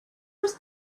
was